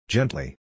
Gently